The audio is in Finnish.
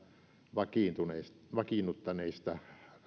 vakiinnuttaneista vakiinnuttaneista